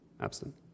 Absent